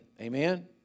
Amen